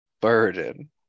burden